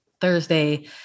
Thursday